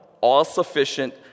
all-sufficient